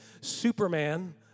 superman